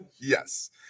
Yes